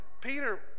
Peter